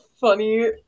funny